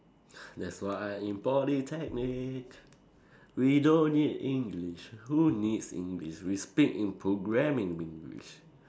that's why in Polytechnic we don't need English who needs English we speak in programming English